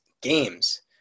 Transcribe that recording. games